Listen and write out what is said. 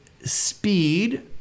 speed